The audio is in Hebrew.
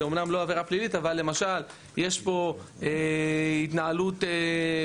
זה אמנם לא עבירה פלילית אבל יש פה התנהלות בעייתית,